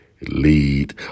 lead